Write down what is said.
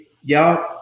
y'all